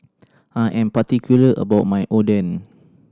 I am particular about my Oden